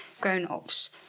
grown-ups